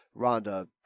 Rhonda